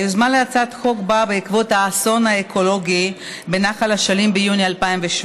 היוזמה להצעת החוק באה בעקבות האסון האקולוגי בנחל אשלים ביוני 2017,